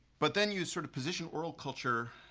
but then you sort of position oral culture